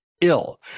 ill